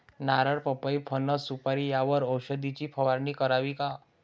नारळ, पपई, फणस, सुपारी यावर औषधाची फवारणी करावी का?